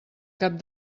cap